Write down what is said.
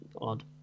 odd